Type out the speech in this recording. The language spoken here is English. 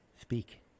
Speak